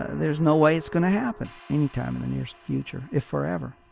there's no way it's going to happen anytime in the near future, if forever